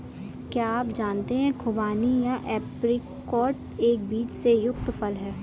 क्या आप जानते है खुबानी या ऐप्रिकॉट एक बीज से युक्त फल है?